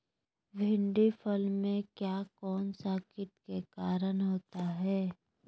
भिंडी फल में किया कौन सा किट के कारण होता है?